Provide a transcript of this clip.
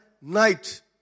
night